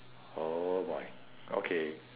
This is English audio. oh boy okay